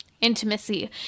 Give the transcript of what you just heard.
intimacy